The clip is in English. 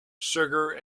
sugar